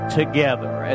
together